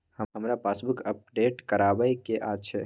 हमरा passbook update करैबे के अएछ?